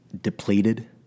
depleted